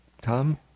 Tom